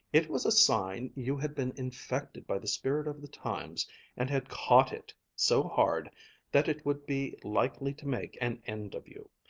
it was a sign you had been infected by the spirit of the times and had caught it so hard that it would be likely to make an end of you.